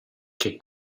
che